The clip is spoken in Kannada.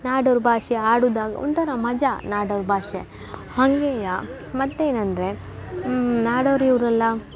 ನಾಡೋರ ಭಾಷೆ ಆಡುದಾಗ ಒಂಥರ ಮಜಾ ನಾಡೋರ ಭಾಷೆ ಹಾಗೆಯ ಮತ್ತೇನಂದರೆ ನಾಡೋರು ಇವರಲ್ಲ